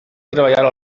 treballar